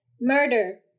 murder